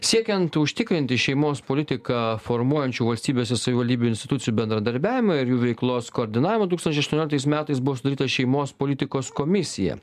siekiant užtikrinti šeimos politiką formuojančių valstybės ir savivaldybių institucijų bendradarbiavimą ir jų veiklos koordinavimą du tūkstančiai aštuonioliktais metais buvo sudaryta šeimos politikos komisija